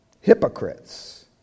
Hypocrites